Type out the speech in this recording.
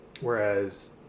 Whereas